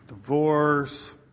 Divorce